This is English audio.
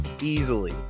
Easily